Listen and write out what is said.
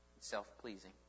self-pleasing